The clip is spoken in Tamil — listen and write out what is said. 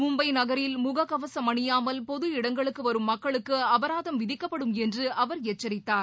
மும்பை நகரில் முகக் கவசம் அணியாமல் பொது இடங்களுக்கு வரும் மக்களுக்கு அபராதம் விதிக்கப்படும் என்று அவர் எச்சரித்தார்